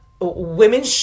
women